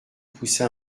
poussa